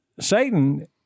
satan